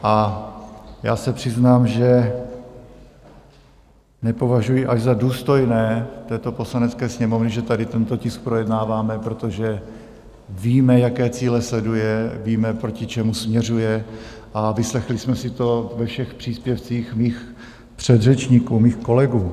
A já se přiznám, že nepovažuji až za důstojné této Poslanecké sněmovny, že tady tento tisk projednáváme, protože víme, jaké cíle sleduje, víme, proti čemu směřuje, a vyslechli jsme si to ve všech příspěvcích mých předřečníků, mých kolegů.